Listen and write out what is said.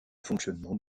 fonctionnement